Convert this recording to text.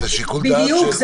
זה שיקול דעת --- בדיוק.